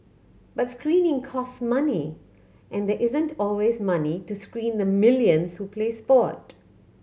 but screening cost money and there isn't always money to screen the millions who play sport